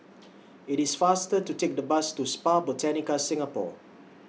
IT IS faster to Take The Bus to Spa Botanica Singapore